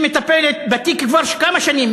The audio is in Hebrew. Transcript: שמטפלת בתיק כבר כמה שנים,